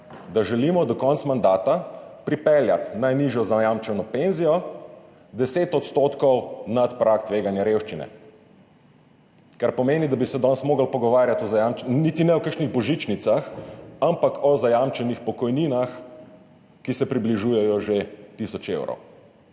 da želimo do konca mandata pripeljati najnižjo zajamčeno penzijo 10 % nad prag tveganja revščine. Kar pomeni, da bi se danes morali pogovarjati niti ne o kakšnih božičnicah, ampak o zajamčenih pokojninah, ki se približujejo že tisoč evrov.